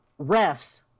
refs